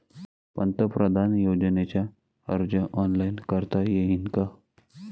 पंतप्रधान योजनेचा अर्ज ऑनलाईन करता येईन का?